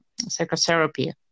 psychotherapy